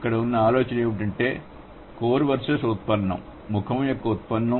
ఇక్కడ ఉన్న ఆలోచన ఏమిటంటే కోర్ వర్సెస్ ఉత్పన్నం ముఖం యొక్క ఉత్పన్నం